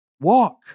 Walk